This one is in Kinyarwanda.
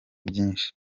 byinshi